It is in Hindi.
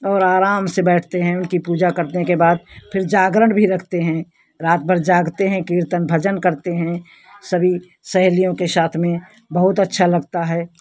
और आराम से बैठते हैं उनकी पूजा करने के बाद फिर जागरण भी रखते हैं रात भर जागते हैं कीर्तन भजन भी करते हैं सभी सहेलियों के साथ में बहुत अच्छा लगता है